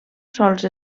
sols